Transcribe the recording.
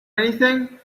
anything